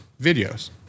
videos